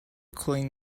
clean